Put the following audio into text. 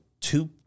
Two